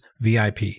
VIP